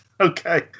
okay